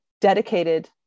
dedicated